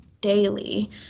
daily